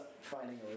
finding